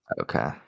Okay